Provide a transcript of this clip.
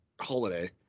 holiday